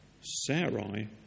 Sarai